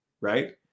right